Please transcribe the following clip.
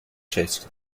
chased